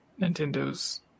Nintendo's